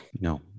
no